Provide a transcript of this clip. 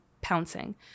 pouncing